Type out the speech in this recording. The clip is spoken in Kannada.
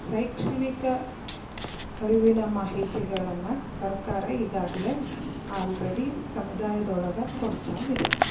ಶೈಕ್ಷಣಿಕ ಅರಿವಿನ ಮಾಹಿತಿಗಳನ್ನು ಸರ್ಕಾರ ಈಗಾಗಲೆ ಆಲ್ರೆಡಿ ಸಮುದಾಯದೊಳಗೆ ಕೊಡ್ತಾ ಇದೆ